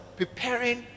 preparing